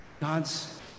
God's